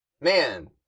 man